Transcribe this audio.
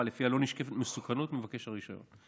שלפיה לא נשקפת מסוכנות ממבקש הרישיון.